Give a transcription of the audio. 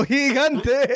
gigante